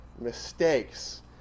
mistakes